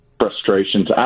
frustrations